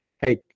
hey